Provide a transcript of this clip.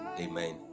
amen